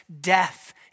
death